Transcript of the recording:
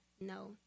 no